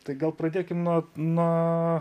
tai gal pradėkim nuo nuo